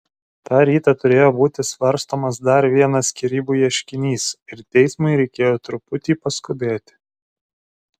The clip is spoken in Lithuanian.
tą rytą turėjo būti svarstomas dar vienas skyrybų ieškinys ir teismui reikėjo truputį paskubėti